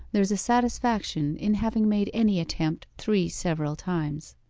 there's a satisfaction in having made any attempt three several times